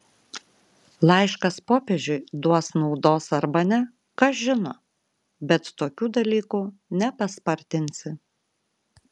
laiškas popiežiui duos naudos arba ne kas žino bet tokių dalykų nepaspartinsi